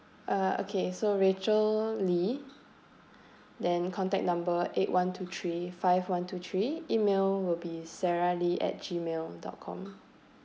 ah okay so rachel lee then contact number eight one two three five one two three email will be sara lee at G mail dot com